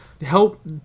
help